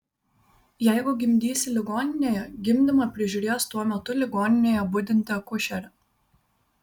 jeigu gimdysi ligoninėje gimdymą prižiūrės tuo metu ligoninėje budinti akušerė